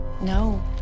No